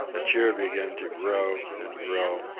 a cheer began to grow and grow,